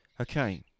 Okay